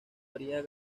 haría